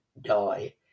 die